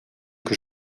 que